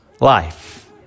life